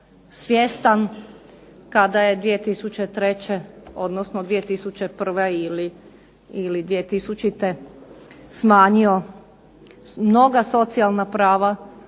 svjestan kada je 2003. odnosno 2001. ili 2000. smanjio mnoga socijalna prava